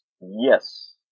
Yes